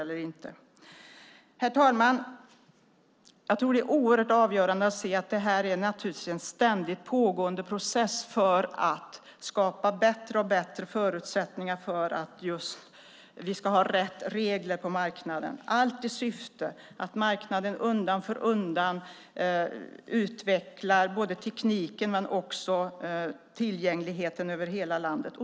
Jag tror att det är oerhört avgörande att se att det här är en ständigt pågående process för att skapa bättre och bättre förutsättningar för att vi ska ha rätt regler på marknaden, allt i syfte att marknaden undan för undan utvecklar både tekniken och tillgängligheten över hela landet.